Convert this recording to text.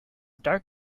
dark